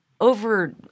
Over